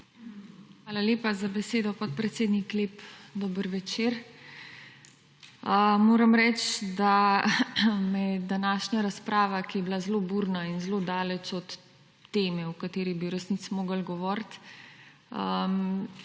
Hvala lepa za besedo, podpredsednik. Lep dober večer. Moram reči, da me je današnja razprava, ki je bila zelo burna in zelo daleč od teme, o kateri bi v resnici morali govoriti,